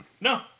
No